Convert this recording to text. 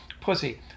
pussy